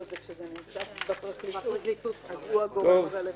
אבל כשזה נמצא בפרקליטות אז הוא הגורם הרלוונטי.